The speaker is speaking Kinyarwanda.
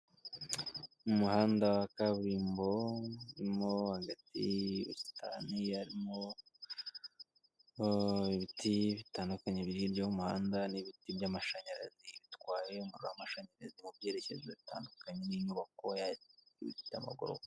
Umuhanda wa kaburimbo urimo hagati ubusitani harimo ibiti bitandukanye biriho ibyo mumuhanda nibiti byamashanyarazi bitwaye umuriro wamashanyarazi mubyerekezo bitandukanye ninyubako yamagorofa.